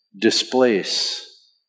displace